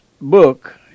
book